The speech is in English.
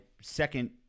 second